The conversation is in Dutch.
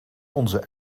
onze